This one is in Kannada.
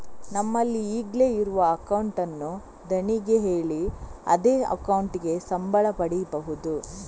ನಮ್ಮಲ್ಲಿ ಈಗ್ಲೇ ಇರುವ ಅಕೌಂಟ್ ಅನ್ನು ಧಣಿಗೆ ಹೇಳಿ ಅದೇ ಅಕೌಂಟಿಗೆ ಸಂಬಳ ಪಡೀಬಹುದು